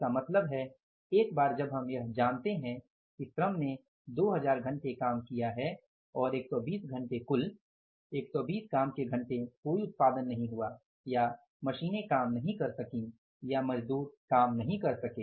इसका मतलब है एक बार जब हम यह जानते हैं कि श्रम ने 2000 घंटे काम किया है और 120 घंटे कुल 120 काम के घंटे कोई उत्पादन नही हुआ या मशीनें काम नहीं कर सकीं या मजदूर काम नहीं कर सके